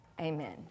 Amen